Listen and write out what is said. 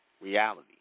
reality